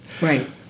Right